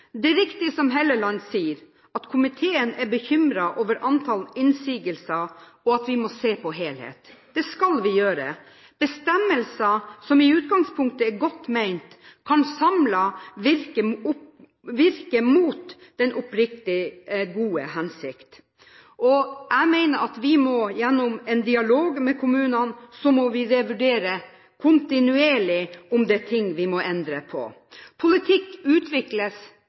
Det er riktig, som Helleland sier, at komiteen er bekymret over antallet innsigelser, og at vi må se på helhet. Det skal vi gjøre. Bestemmelser som i utgangspunktet er godt ment, kan samlet virke mot den oppriktig gode hensikt. Jeg mener at vi kontinuerlig, gjennom en dialog med kommunene, må revurdere, om det er ting vi må endre på. Politikk utvikles